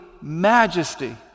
majesty